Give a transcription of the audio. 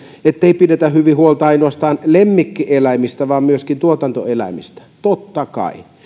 ettei pidetä hyvää huolta ainoastaan lemmikkieläimistä vaan myöskin tuotantoeläimistä totta kai